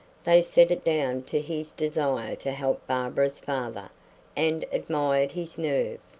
they set it down to his desire to help barbara's father and admired his nerve.